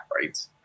right